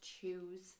choose